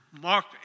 Mark